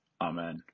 amen